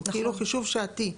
כאילו חישוב שעתי.